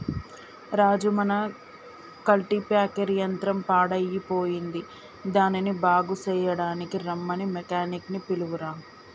రాజు మన కల్టిప్యాకెర్ యంత్రం పాడయ్యిపోయింది దానిని బాగు సెయ్యడానికీ రమ్మని మెకానిక్ నీ పిలువురా